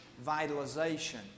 vitalization